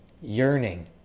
yearning